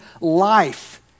life